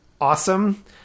awesome